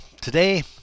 today